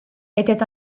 était